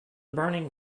burning